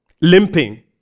limping